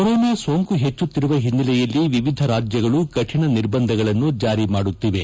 corona ಸೋಂಕು ಹೆಚ್ಚುತ್ತಿರುವ ಹಿನ್ನೆಲೆಯಲ್ಲಿ ವಿವಿಧ ರಾಜ್ಯಗಳು ಕರಿಣ ನಿರ್ಬಂಧಗಳನ್ನು ಜಾರಿ ಮಾಡುತ್ತಿವೆ